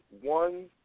one